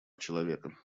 человека